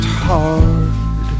hard